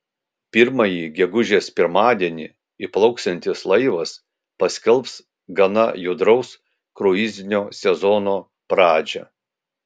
pirmąjį gegužės pirmadienį įplauksiantis laivas paskelbs gana judraus kruizinio sezono pradžią